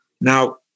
Now